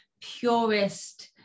purest